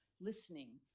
listening